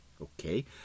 Okay